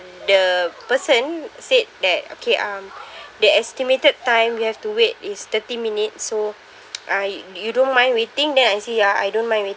the person said that okay um the estimated time you have to wait is thirty minutes so uh you don't mind waiting then I say ya I don't mind wait